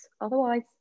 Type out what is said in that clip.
otherwise